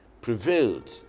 prevailed